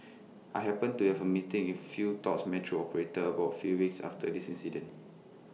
I happened to have A meeting A few tops metro operators about few weeks after this incident